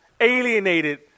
alienated